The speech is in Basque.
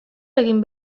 egin